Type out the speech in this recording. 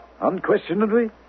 Unquestionably